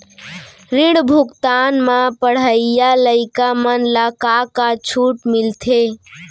ऋण भुगतान म पढ़इया लइका मन ला का का छूट मिलथे?